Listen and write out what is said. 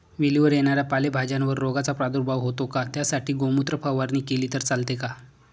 वेलीवर येणाऱ्या पालेभाज्यांवर रोगाचा प्रादुर्भाव होतो का? त्यासाठी गोमूत्र फवारणी केली तर चालते का?